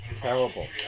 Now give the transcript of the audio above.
Terrible